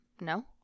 No